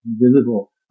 invisible